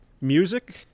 Music